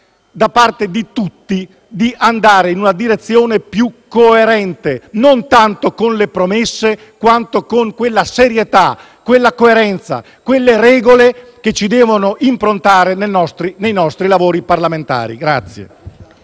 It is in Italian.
da parte di tutti, di andare in una direzione più coerente, non tanto con le promesse, quanto con quella serietà, quella coerenza e quelle regole che devono improntare i nostri lavori parlamentari.